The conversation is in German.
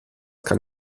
kann